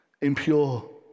impure